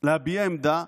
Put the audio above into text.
להביע עמדה?